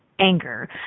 anger